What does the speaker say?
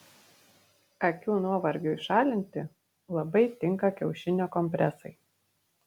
akių nuovargiui šalinti labai tinka kiaušinio kompresai